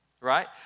right